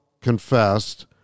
confessed